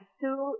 two